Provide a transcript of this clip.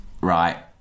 right